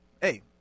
Hey